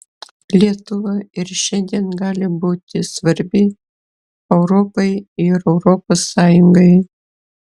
lietuva ir šiandien gali būti svarbi europai ir europos sąjungai